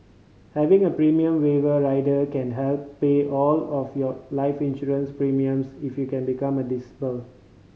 having a premium waiver rider can help pay all of your life insurance premiums if you can become disabled